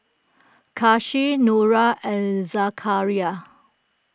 Kasih Nura and Zakaria